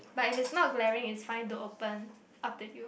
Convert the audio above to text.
but if it's not glaring is fine to open up to you